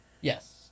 Yes